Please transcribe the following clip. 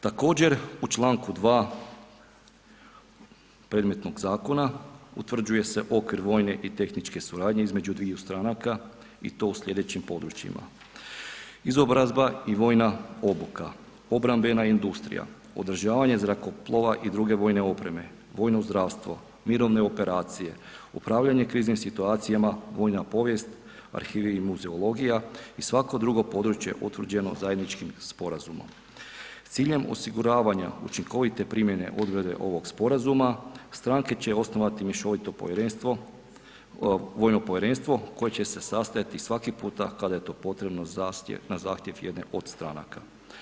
Također u članku 2. predmetnog zakona utvrđuje se okvir vojne i tehničke suradnje između dviju stranka i to u sljedećim područjima: izobrazba i vojna obuka, obrambena industrija, održavanje zrakoplova i druge vojne opreme, vojno zdravstvo, mirovine operacije, upravljanje kriznim situacijama, vojna povijest, arhive i muzeologija i svako drugo područje utvrđeno zajedničkim sporazumom s ciljem osiguravanja učinkovite primjene odredbe ovog sporazuma stranke će osnovati mješovito povjerenstvo, vojno povjerenstvo koje će se sastajati svaki puta kada je to potrebno za ... zahtjev jedne od strane jedne od stranaka.